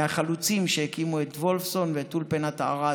מהחלוצים שהקימו את וולפסון ואת אולפנת ערד.